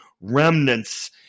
remnants